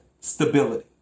stability